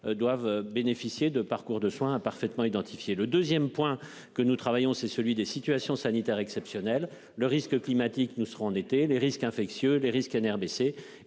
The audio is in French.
doivent bénéficier de parcours de soins a parfaitement identifié le 2ème point que nous travaillons, c'est celui des situations sanitaires exceptionnelles, le risque climatique, nous serons été les risques infectieux, les risques NRBC